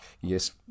yes